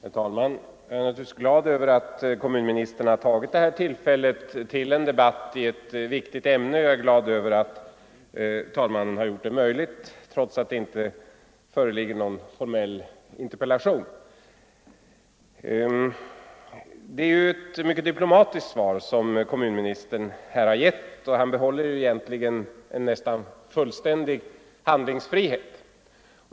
edan Herr talman! Jag är naturligtvis glad över att kommunministern har — Allmänpolitisk tagit detta tillfälle till en debatt i ett viktigt ämne. Jag är också glad debatt över att talmannen har gjort det möjligt, trots att det inte föreligger någon formell interpellation. Det är ett mycket diplomatiskt svar som kommunministern har lämnat, och han behåller egentligen en nästan fullständig handlingsfrihet.